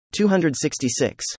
266